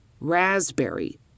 Raspberry